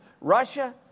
Russia